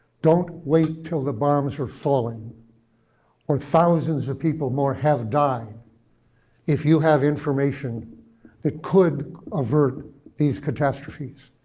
don't wait till the bombs are falling or thousands of people more have died if you have information that could avert these catastrophes.